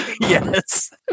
Yes